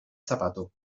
zapato